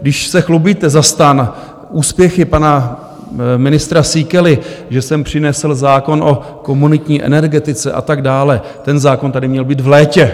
Když se chlubíte za STAN úspěchy pana ministra Síkely, že sem přinesl zákon o komunitní energetice a tak dále ten zákon tady měl být v létě.